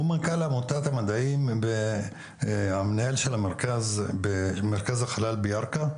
הוא מנכ"ל עמותת המדעים ומנהל של מרכז החלל בירכא.